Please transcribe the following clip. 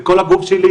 וכל הגוף שלי